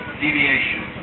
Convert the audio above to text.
deviation